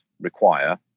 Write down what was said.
require